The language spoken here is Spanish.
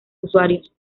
usuarios